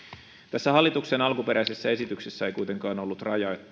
tässä hallituksen alkuperäisessä esityksessä ei kuitenkaan ollut